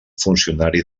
funcionari